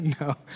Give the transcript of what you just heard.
no